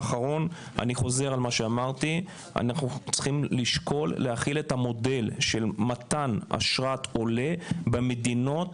אנחנו צריכים לשקול להחיל את המודל של מתן אשרת עולה במדינות